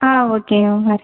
ஆ okay ma'am வர்றேன்